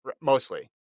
mostly